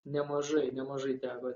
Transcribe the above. nemažai nemažai teko